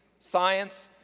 science,